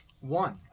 one